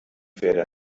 pferde